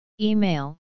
Email